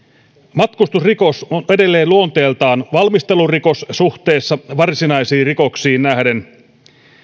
matkustusrikos on edelleen luonteeltaan valmistelurikos suhteessa varsinaisiin rikoksiin nähden